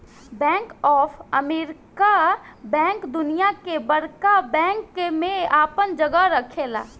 bank of America bank दुनिया के बड़का बैंक में आपन जगह रखेला